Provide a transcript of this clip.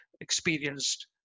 experienced